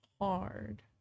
hard